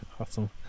awesome